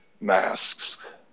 masks